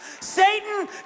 Satan